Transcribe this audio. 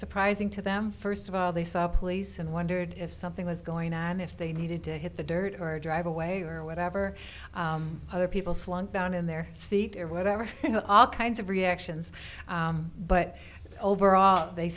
surprising to them first of all they saw police and wondered if something was going on if they needed to hit the dirt or drive away or whatever other people slunk down in their seat or whatever you know all kinds of reactions but overall they